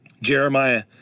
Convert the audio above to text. Jeremiah